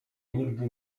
nigdy